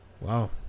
Wow